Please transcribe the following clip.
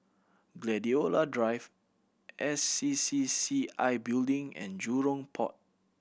Gladiola Drive S C C C I Building and Jurong Port